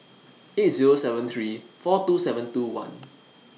eight Zero seven three four two seven two one